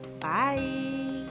Bye